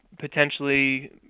potentially